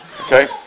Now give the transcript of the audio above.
Okay